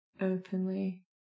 openly